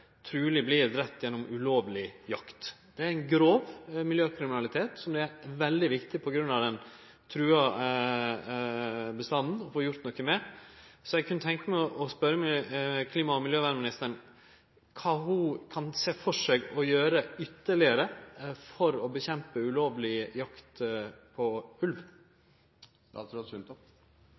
truleg vert drepen gjennom ulovleg jakt. Det er grov miljøkriminalitet, og fordi bestanden er trua, er dette veldig viktig å få gjort noko med. Eg kunne tenkje meg å spørje klima- og miljøvernministeren: Kva kan ho sjå for seg å gjere ytterlegare for å kjempe mot ulovleg jakt på ulv?